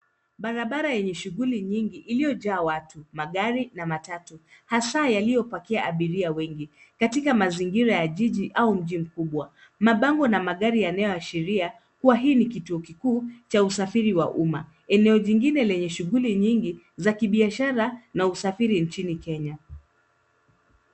Barabara yenye shughuli nyingi iliyojaa watu, magari na matatu hasa yaliyopakia abiria wengi katika mazingira ya jiji au mji mkubwa. Mabango na magari yanayoashiria kuwa hii ni kituo kikuu cha usafiri wa umma, eneo jingine lenye shughuli nyingi za kibiashara na usafiri nchini Kenya.